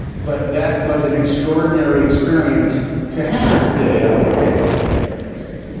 but that was an extraordinary experience to have day after day after day after day.